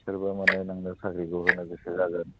बिसोरबो माने नोंनो साख्रिखौ होनो गोसो जागोन